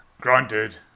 Granted